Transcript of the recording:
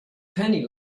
penny